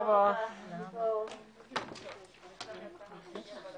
הישיבה ננעלה